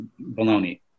baloney